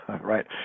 right